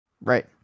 Right